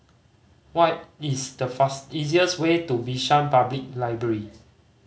what is the easiest way to Bishan Public Library